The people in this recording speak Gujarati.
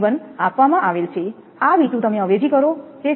2V1 આપવામાં આવે છે આ V2 તમે અવેજી કરો